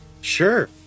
Sure